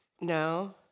No